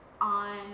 on